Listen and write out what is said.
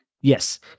yes